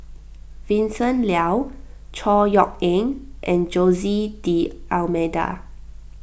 Vincent Leow Chor Yeok Eng and Jose D'Almeida